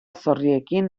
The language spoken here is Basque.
zorriekin